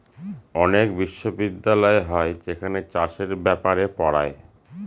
অনেক বিশ্ববিদ্যালয় হয় যেখানে চাষের ব্যাপারে পড়ায়